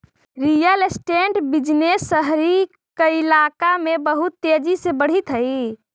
real estate business शहरी कइलाका में बहुत तेजी से बढ़ित हई